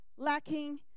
lacking